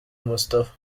moustapha